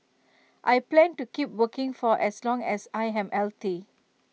I plan to keep working for as long as I am healthy